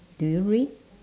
do you read